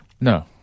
No